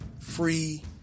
free